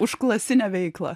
užklasinę veiklą